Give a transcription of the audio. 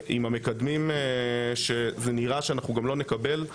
עם המקדמים שנראה שלא נקבל,